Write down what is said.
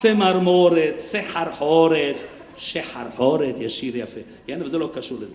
צמרמורת, סחרחורת, שחרחורת, יש שיר יפה, כן, אבל זה לא קשור לזה.